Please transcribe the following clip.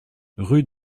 rue